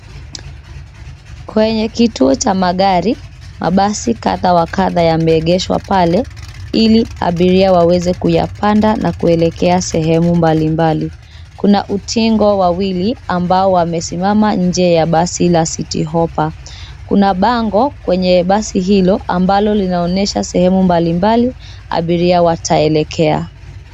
Kwenye kituo cha magari mabasi kadha wa kadha yameegeshwa pale ili abiria waweze kuyapanda na kuelekea sehemu mbali mbali. Kuna utingo wawili ambao wamesimama nje ya basi la Citi Hoppa. Kuna bango kwenye basi hilo ambalo linaonyesha sehemu mbali mbali abiria wataelekea.